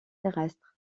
terrestre